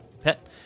pet